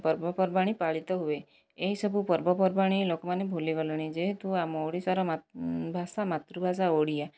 ପର୍ବପର୍ବାଣି ପାଳିତ ହୁଏ ଏହି ସବୁ ପର୍ବପର୍ବାଣି ଲୋକମାନେ ଭୁଲିଗଲେଣି ଯେହେତୁ ଆମ ଓଡ଼ିଶାର ଭାଷା ମାତୃଭାଷା ଓଡ଼ିଆ